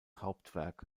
hauptwerk